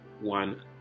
one